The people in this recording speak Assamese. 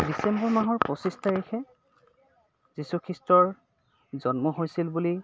ডিচেম্বৰ মাহৰ পঁচিছ তাৰিখে যীশুখীষ্টৰ জন্ম হৈছিল বুলি